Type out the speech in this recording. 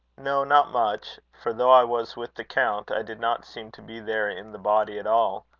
no, not much for though i was with the count, i did not seem to be there in the body at all,